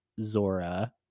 Zora